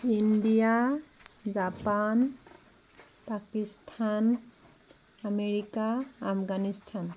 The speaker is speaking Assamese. India Japan Pakistan America Afghanistan